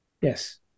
Yes